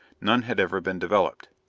none had ever been developed.